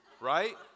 right